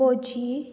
भजी